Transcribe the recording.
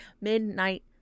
midnight